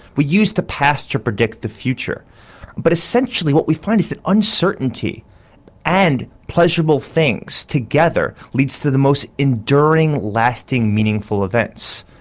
we use the past to predict the future but essentially what we find is that uncertainty and pleasurable things together leads to the most enduring, lasting, meaningful events.